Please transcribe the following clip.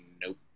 nope